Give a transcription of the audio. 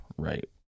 Right